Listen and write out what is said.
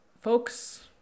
folks